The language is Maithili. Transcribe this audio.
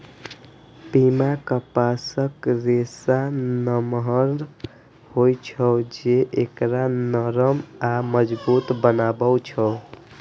पीमा कपासक रेशा नमहर होइ छै, जे एकरा नरम आ मजबूत बनबै छै